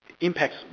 impacts